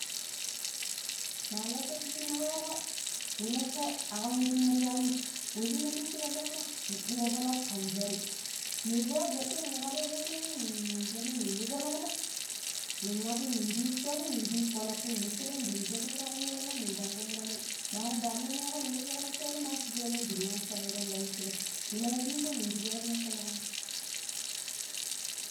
﻿Ma lokoci shine weko wu nesho akam we shiner ywanim washinna minji ra ɓongno yidɗiyo fonok kan shori-shori nin rwa gadda ning kadu kuno nii shadi nin lu fonokmo ning abin nindi shorin nindi fonok weshire dang shobuno ta kumu tomon nindang kumo tomon mari damuno mango tu fokroccoma shikano ndawa shekerontuku weshirei nima diko nindi pera fonokmo.